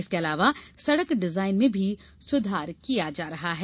इसके अलावा सड़क डिजाइन में भी सुधार किया जा रहा है